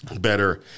better